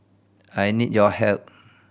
I need your help